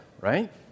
right